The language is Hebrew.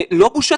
לא בושה,